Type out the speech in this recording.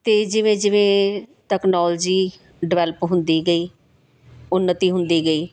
ਅਤੇ ਜਿਵੇਂ ਜਿਵੇਂ ਟੈਕਨੋਲੋਜੀ ਡਿਵੈਲਪ ਹੁੰਦੀ ਗਈ ਉੱਨਤੀ ਹੁੰਦੀ ਗਈ